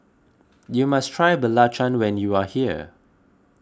you must try Belacan when you are here